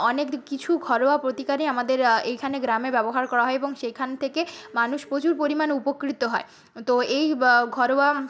অনেক কিছু ঘরোয়া প্রতিকারই আমাদের এইখানে গ্রামে ব্যবহার করা হয় এবং সেখান থেকে মানুষ প্রচুর পরিমাণ উপকৃত হয় তো এই ঘরোয়া